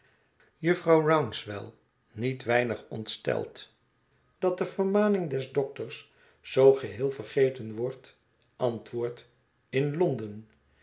jufvrouw rouncewell niet weinig ontsteld dat de vermaning des dokters zoo geheel vergeten wordt antwoordt in londen